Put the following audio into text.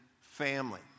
family